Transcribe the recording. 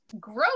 growth